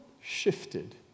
shifted